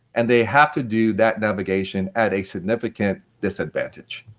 and they have to do that navigation at a significant disadvantage.